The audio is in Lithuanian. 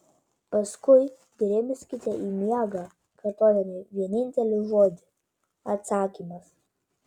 paskui grimzkite į miegą kartodami vienintelį žodį atsakymas